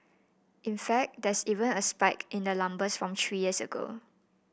in fact there's even a spike in the numbers from three years ago